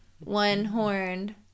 one-horned